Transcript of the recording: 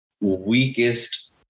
weakest